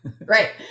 Right